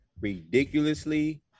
ridiculously